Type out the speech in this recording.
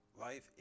life